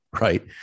right